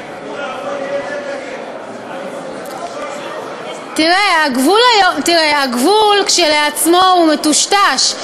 לממשלה, תראה, הגבול כשלעצמו הוא מטושטש.